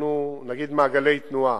נגיד מעגלי תנועה,